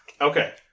Okay